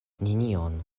nenion